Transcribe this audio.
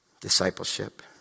Discipleship